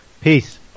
Peace